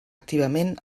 activament